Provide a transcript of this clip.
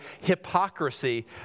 hypocrisy